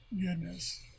goodness